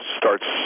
starts